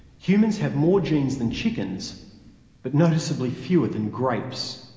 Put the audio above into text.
humans have more genes than chickens but noticeably fewer than grapes.